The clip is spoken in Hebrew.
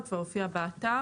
זה כבר הופיע באתר.